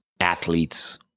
athletes